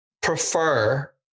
prefer